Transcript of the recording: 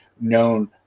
known